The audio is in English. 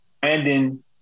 Brandon